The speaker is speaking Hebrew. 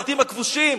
בבתים הכבושים.